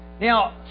Now